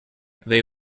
they